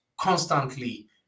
constantly